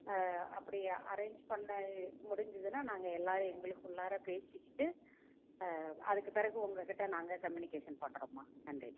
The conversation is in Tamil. அப்படி அரேஞ்சு பண்ண முடிஞ்சிதுன்னா நாங்கள் எல்லாரும் எங்களுக்குள்ளார பேசிக்கிட்டு அதுக்கு பிறகு உங்கள்கிட்ட நாங்கள் கம்யூனிகேஷன் பண்ணுறோம்மா நன்றி